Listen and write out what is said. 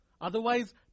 Otherwise